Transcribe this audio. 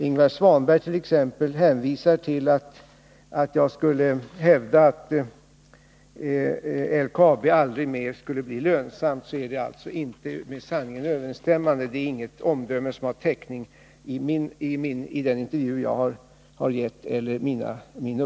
Ingvar Svanberg hänvisade till att jag skulle ha hävdat att LKAB aldrig mer kan bli lönsamt, men det är alltså inte med sanningen överensstämmande. För det omdömet finns det ingen täckning i den intervju som jag har givit.